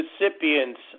recipients